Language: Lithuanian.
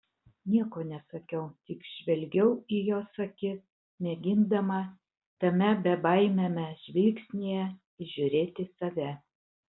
nieko nesakiau tik žvelgiau į jos akis mėgindama tame bebaimiame žvilgsnyje įžiūrėti save